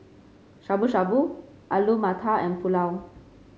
Shabu Shabu Alu Matar and Pulao